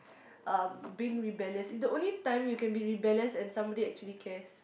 um being rebellious it's the only time you can be rebellious and somebody actually cares